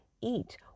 eat